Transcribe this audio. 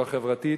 לא חברתית,